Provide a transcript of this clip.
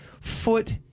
foot